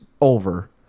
over